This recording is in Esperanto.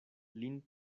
lin